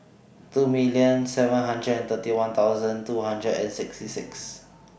two million seven hundred and thirty one thousand two hundred and sixty six